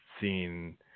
seen